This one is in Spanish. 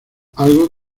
algo